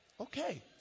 Okay